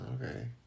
Okay